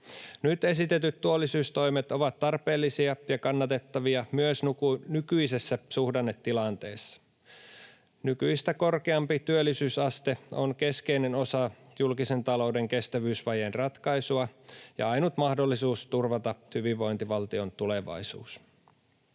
Nyt esitetyt työllisyystoimet ovat tarpeellisia ja kannatettavia myös nykyisessä suhdannetilanteessa. Nykyistä korkeampi työllisyysaste on keskeinen osa julkisen talouden kestävyysvajeen ratkaisua ja ainut mahdollisuus turvata hyvinvointivaltion tulevaisuus.